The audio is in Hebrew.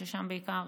ששם בעיקר